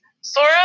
Sora